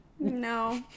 No